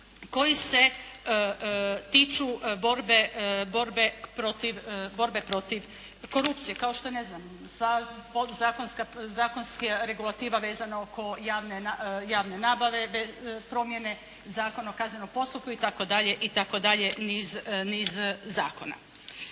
koji se tiču borbe protiv korupcije. Kao što je, ne znam, podzakonska, zakonska regulativa vezana oko javne nabave, promjene Zakona o kaznenom postupku i tako